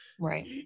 Right